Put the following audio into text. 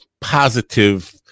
positive